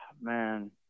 Man